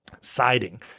siding